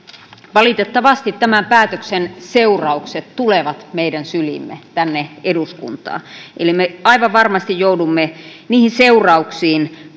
valitettavasti tämän päätöksen seuraukset tulevat meidän syliimme tänne eduskuntaan eli me aivan varmasti joudumme niihin seurauksiin